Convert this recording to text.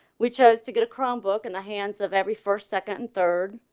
we chose to get a chrome book in the hands of every first second and third,